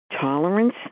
tolerance